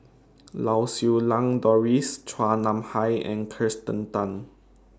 Lau Siew Lang Doris Chua Nam Hai and Kirsten Tan